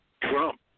Trump